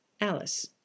Alice